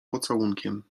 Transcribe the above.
pocałunkiem